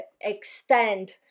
extend